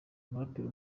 umuraperi